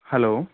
hello